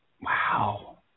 Wow